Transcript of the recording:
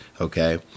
Okay